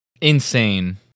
Insane